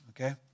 Okay